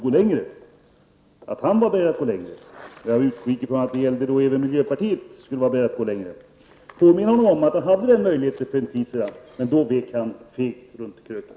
Jag trodde att Lars Norberg var beredd att gå längre och utgick ifrån att detta gällde även miljöpartiet. Jag vill påminna Lars Norberg att han för en tid sedan hade den möjligheten, men då vek han fegt runt kröken.